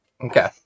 Okay